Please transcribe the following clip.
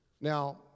Now